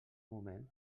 moment